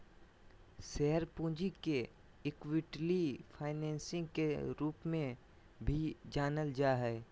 share पूंजी के equity financing के रूप में भी जानल जा हइ